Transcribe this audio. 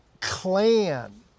clan